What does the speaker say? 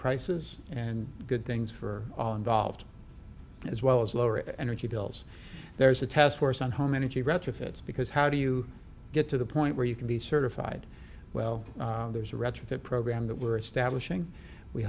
prices and good things for all involved as well as lower energy bills there's a task force on home energy retrofits because how do you get to the point where you can be certified well there's a retrofit program that we're establishing we